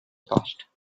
frost